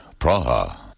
Praha